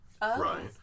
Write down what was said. right